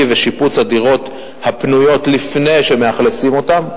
טיב שיפוץ הדירות הפנויות לפני שמאכלסים אותן.